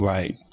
Right